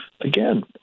again